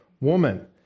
woman